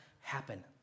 happen